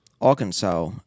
Arkansas